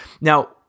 Now